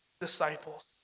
disciples